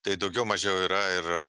tai daugiau mažiau yra ir